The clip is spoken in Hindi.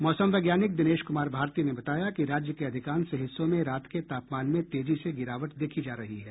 मौसम वैज्ञानिक दिनेश कुमार भारती ने बताया कि राज्य के अधिकांश हिस्सों में रात के तापमान में तेजी से गिरावट देखी जा रही है